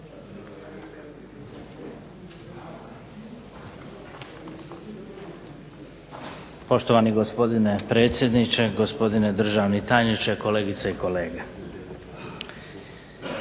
Poštovani gospodine predsjedniče, gospodine državni tajniče, kolegice i kolege.